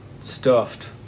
Stuffed